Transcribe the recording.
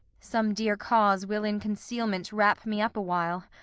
some dear cause will in concealment wrap me up awhile.